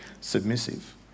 submissive